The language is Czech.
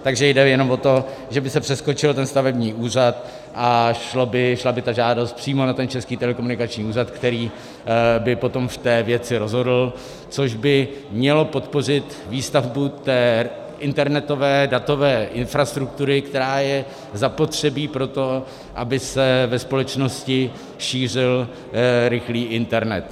Takže jde jenom o to, že by se přeskočil stavební úřad a šla by žádost přímo na Český telekomunikační úřad, který by potom v té věci rozhodl, což by mělo podpořit výstavbu internetové datové infrastruktury, která je zapotřebí proto, aby se ve společnosti šířil rychlý internet.